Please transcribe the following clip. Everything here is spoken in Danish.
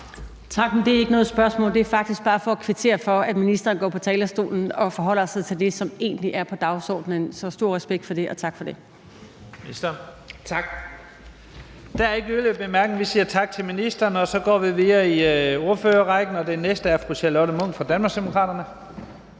Tak. Det er ikke noget spørgsmål. Det er faktisk bare for at kvittere for, at ministeren går på talerstolen og forholder sig til det, som egentlig er på dagsordenen. Så stor respekt for det, og tak for det.